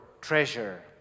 treasure